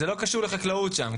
זה לא קשור לחקלאות שם?